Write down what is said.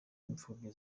imfubyi